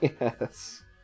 Yes